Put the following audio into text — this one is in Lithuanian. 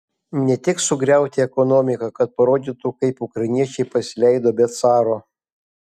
ne tik sugriauti ekonomiką kad parodytų kaip ukrainiečiai pasileido be caro